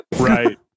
Right